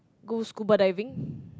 go scuba diving